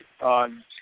on